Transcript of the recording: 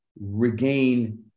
regain